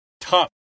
tough